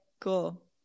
cool